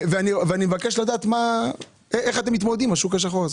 אני מבקש לדעת איך אתם מתמודדים עם השוק השחור.